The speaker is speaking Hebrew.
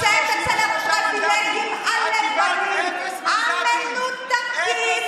שהיא נמצאת אצל הפריבילגים הלבנים, המנותקים,